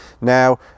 now